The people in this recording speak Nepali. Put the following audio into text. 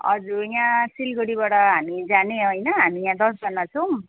हजुर यहाँ सिलगढीबाट हामी जाने होइन हामी यहाँ दसजना छौँ